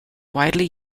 widely